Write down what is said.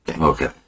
Okay